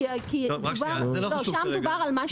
כי שם דובר על משהו אחר.